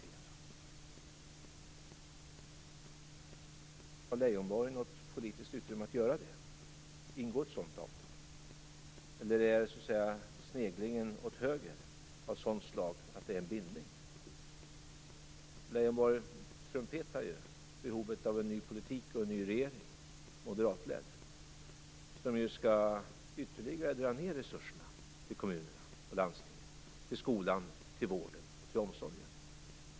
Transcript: Har Lars Leijonborg något politiskt utrymme att göra detta? Ingår ett sådant avtal? Eller är sneglingen åt höger av sådant slag att det är en bindning? Leijonborg trumpetar ut behovet av en ny politik och ny moderatledd regering. Den kommer att ytterligare dra ned på resurserna till kommunerna och landstingen, till skolan, vården och omsorgen.